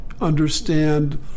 understand